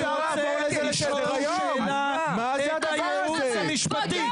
אני רוצה רגע לשאול שאלה את הייעוץ המשפטי.